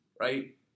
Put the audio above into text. right